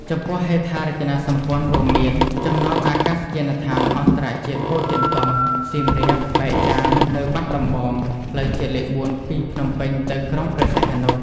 ចំពោះហេដ្ឋារចនាសម្ព័ន្ធរួមមាន ចំណតអាកាសយានដ្ឋានអន្តរជាតិពោធិចិនតុង, សៀមរាប, បែកចាន នៅបាត់ដំបង, ផ្លូវជាតិលេខ៤ ពីភ្នំពេញ ទៅក្រុងព្រះសីហនុ។